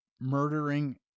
murdering